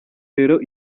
rero